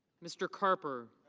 mr. carper.